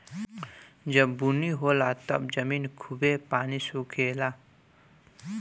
जब बुनी होला तब जमीन खूबे पानी सोखे ला